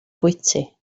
bwyty